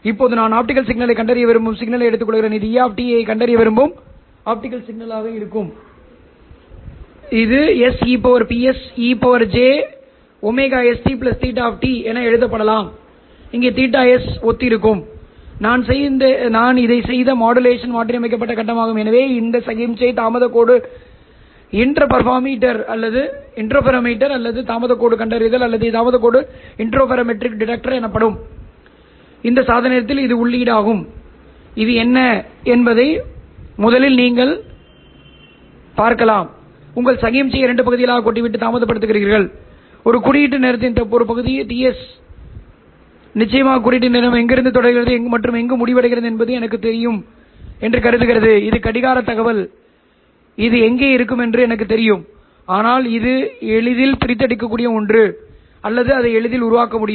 இப்போது நான் ஆப்டிகல் சிக்னலைக் கண்டறிய விரும்பும் சிக்னலை எடுத்துக்கொள்கிறேன் இது E ஐக் கண்டறிய விரும்பும் ஆப்டிகல் சிக்னலாக இருக்கும் இது sePse j st θ என எழுதப்படலாம் அங்கு θs ஒத்திருக்கும் நான் இதைச் செய்த மாடுலேஷன் மாற்றியமைக்கப்பட்ட கட்டமாகும் எனவே இந்த சமிக்ஞை தாமதக் கோடு இன்டர்ஃபெரோமீட்டர் அல்லது தாமதக் கோடு கண்டறிதல் அல்லது தாமதக் கோடு இன்டர்ஃபெரோமெட்ரிக் டிடெக்டர் எனப்படும் இந்தச் சாதனத்தில் உள்ளீடு ஆகும் இது என்ன முதலில் நீங்கள் உங்கள் சமிக்ஞையை இரண்டு பகுதிகளாகக் கொட்டிவிட்டு தாமதப்படுத்துகிறீர்கள் ஒரு குறியீட்டு நேரத்தின் ஒரு பகுதி Ts நிச்சயமாக குறியீட்டு நேரம் எங்கிருந்து தொடங்குகிறது மற்றும் முடிவடைகிறது என்பது எனக்குத் தெரியும் என்று கருதுகிறது இது கடிகாரத் தகவல் எங்கே என்று எனக்குத் தெரியும் ஆனால் அது எளிதில் பிரித்தெடுக்கக்கூடிய ஒன்று அல்லது அதை எளிதாக உருவாக்க முடியும்